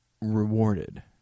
rewarded